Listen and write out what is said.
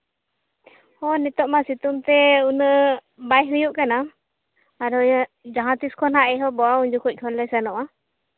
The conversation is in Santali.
ᱦᱮᱸ ᱱᱤᱛᱚᱜ ᱢᱟ ᱥᱤᱛᱩᱝ ᱛᱮ ᱩᱱᱟᱹᱜ ᱵᱟᱭ ᱦᱩᱭᱩᱜ ᱠᱟᱱᱟ ᱟᱨ ᱡᱟᱦᱟᱸ ᱛᱤᱸᱥ ᱠᱷᱚᱱ ᱦᱟᱸᱜ ᱮᱦᱚᱵᱚᱜᱼᱟ ᱩᱱ ᱡᱚᱠᱷᱚᱡ ᱠᱷᱚᱱᱞᱮ ᱥᱮᱱᱚᱜᱼᱟ